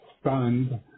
stunned